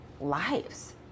Lives